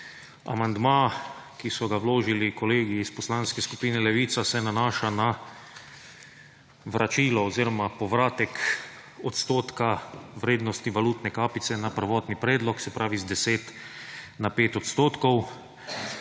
Amandma, ki so ga vložili kolegi iz Poslanske skupine Levica, se nanaša na vračilo oziroma povratek odstotka vrednosti valutne kapice na prvotni predlog, se pravi z 10 na 5 odstotkov,